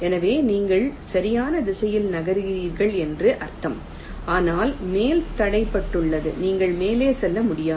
எனவே நீங்கள் சரியான திசையில் நகர்கிறீர்கள் என்று அர்த்தம் ஆனால் மேலே தடுக்கப்பட்டுள்ளது நீங்கள் மேலே செல்ல முடியாது